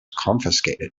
confiscated